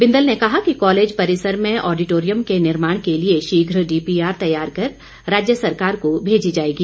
बिंदल ने कहा कि कॉलेज परिसर में आडिटॉरियम के निर्माण के लिए शीघ्र डीपीआर तैयार कर राज्य सरकार को भेजी जाएगी